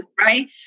right